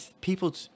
people